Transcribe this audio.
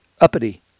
uppity